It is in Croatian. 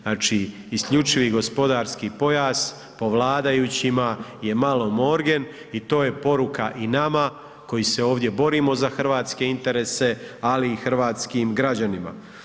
Znači, isključivi gospodarski pojas po vladajućima je malo morgen i to je poruka i nama koji se ovdje borimo za hrvatske interese, ali i hrvatskim građanima.